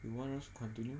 you want us to continue